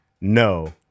No